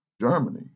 Germany